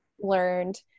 learned